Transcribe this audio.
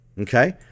Okay